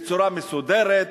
בצורה מסודרת,